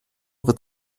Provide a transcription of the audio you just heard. wird